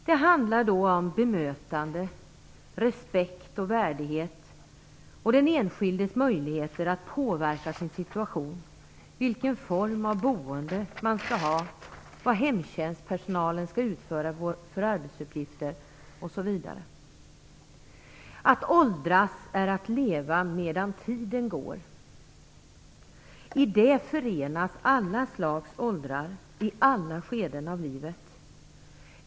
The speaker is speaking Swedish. Det handlar om bemötande, respekt och värdighet samt om den enskildes möjligheter att påverka sin situation, vilken form av boende man skall ha, vilka arbetsuppgifter hemtjänstpersonalen skall utföra, m.m. Att åldras är att leva medan tiden går. I det förenas alla slags åldrar i alla skeden av livet.